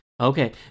Okay